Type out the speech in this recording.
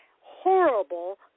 horrible